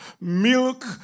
Milk